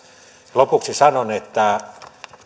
lopuksi sanon että